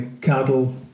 cattle